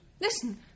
Listen